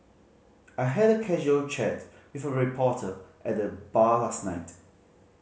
I had a casual chat with a reporter at the bar last night